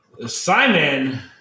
Simon